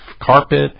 carpet